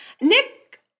Nick